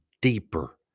deeper